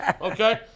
okay